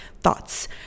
thoughts